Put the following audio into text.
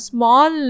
Small